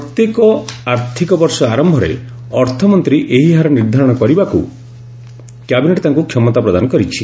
ପ୍ରତ୍ୟେକ ଆର୍ଥିକ ବର୍ଷ ଆରମ୍ଭରେ ଅର୍ଥମନ୍ତ୍ରୀ ଏହି ହାର ନିର୍ଦ୍ଧାରଣ କରିବାକୁ କ୍ୟାବିନେଟ୍ ତାଙ୍କୁ କ୍ଷମତା ପ୍ରଦାନ କରିଛି